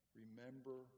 remember